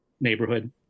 neighborhood